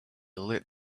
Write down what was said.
lit